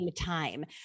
time